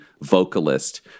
vocalist